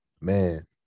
man